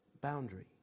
boundary